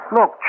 Look